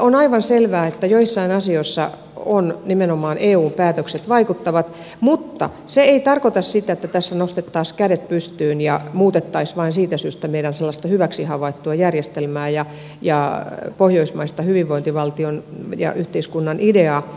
on aivan selvää että joissain asioissa nimenomaan eun päätökset vaikuttavat mutta se ei tarkoita sitä että tässä nostettaisiin kädet pystyyn ja muutettaisiin vain siitä syystä meidän sellaista hyväksi havaittua järjestelmää ja pohjoismaista hyvinvointivaltion ja yhteiskunnan ideaa